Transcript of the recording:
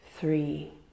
three